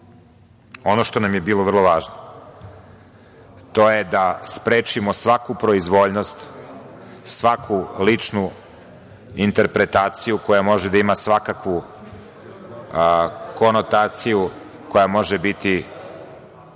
što nam je bilo vrlo važno, to je da sprečimo svaku proizvoljnost, svaku ličnu interpretaciju koja može da ima svakakvu konotaciju, koja može biti